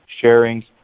sharing